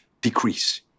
decrease